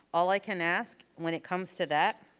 all i can ask when it comes to that,